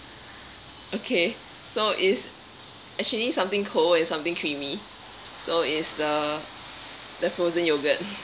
okay so it's actually something cold and something creamy so it's the the frozen yoghurt